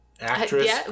Actress